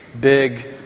Big